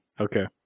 Okay